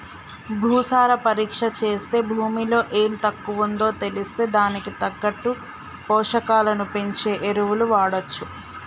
భూసార పరీక్ష చేస్తే భూమిలో ఎం తక్కువుందో తెలిస్తే దానికి తగ్గట్టు పోషకాలను పెంచే ఎరువులు వాడొచ్చు